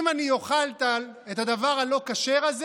אם אני אוכל את הדבר הלא-כשר הזה,